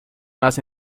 más